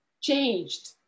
changed